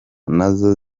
nazo